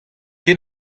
ken